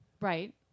Right